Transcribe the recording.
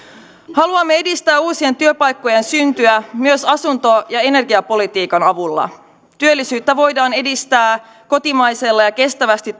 haluamme edistää uusien työpaikkojen syntyä myös asunto ja energiapolitiikan avulla työllisyyttä voidaan edistää kotimaisella ja kestävästi